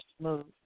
smooth